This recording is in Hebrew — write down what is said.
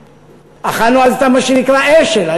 אכלנו אז את מה שנקרא אשל,